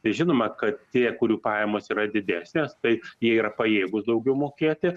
žinoma kad tie kurių pajamos yra didesnės tai jie yra pajėgūs daugiau mokėti